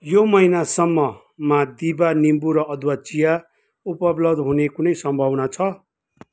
यो महिनासम्ममा दिभा निम्बु र अदुवा चिया उपलब्ध हुने कुनै सम्भावना छ